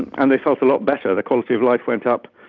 and they felt a lot better, their quality of life went up.